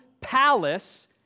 palace